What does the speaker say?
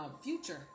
future